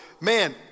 man